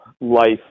life